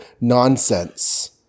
nonsense